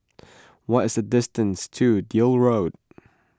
what is the distance to Deal Road